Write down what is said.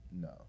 No